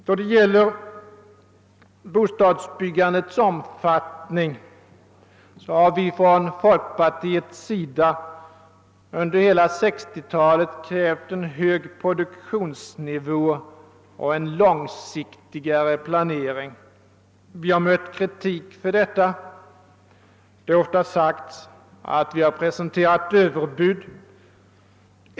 Då det gäller bostadsbyggandets omfattning har vi från folkpartiet under hela 1960-talet krävt en hög produktionsnivå och en mera långsiktig planering. Vi har mött kritik för detta; det har ofta sagts att vi har presenterat överbud.